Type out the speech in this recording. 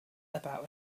about